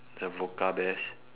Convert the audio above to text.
the vodka bears